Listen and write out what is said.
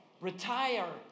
Retire